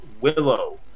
Willow